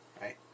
Right